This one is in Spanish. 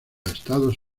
estados